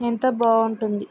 ఎంతో బాగుంటుంది